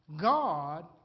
God